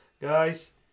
Guys